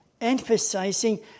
emphasizing